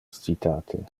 citate